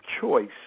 choice